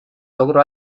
logró